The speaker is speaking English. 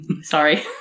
Sorry